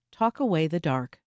talkawaythedark